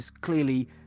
clearly